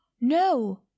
no